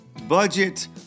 Budget